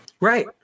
Right